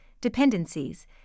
dependencies